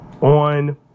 on